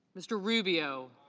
mr. rubio.